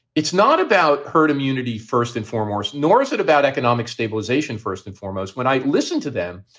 it's not about herd immunity, first and foremost, nor is it about economic stabilization first and foremost, when i listen to them.